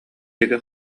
диэки